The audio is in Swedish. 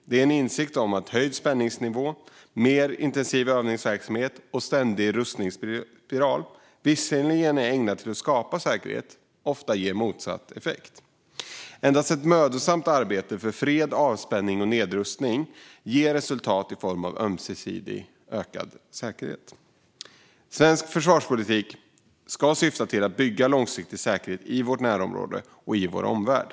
Det är en insikt om att höjd spänningsnivå, mer intensiv övningsverksamhet och en ständig rustningsspiral visserligen är ägnat att skapa säkerhet men ofta ger motsatt effekt. Endast ett mödosamt arbete för fred, avspänning och nedrustning ger resultat i form av ökad ömsesidig säkerhet. Svensk försvarspolitik ska syfta till att bygga långsiktig säkerhet i vårt närområde och i vår omvärld.